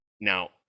now